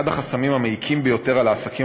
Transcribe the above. אחד החסמים המעיקים ביותר על העסקים